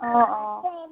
অঁ অঁ